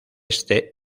este